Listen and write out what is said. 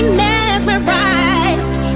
mesmerized